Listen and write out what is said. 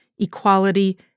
equality